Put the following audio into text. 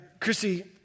Chrissy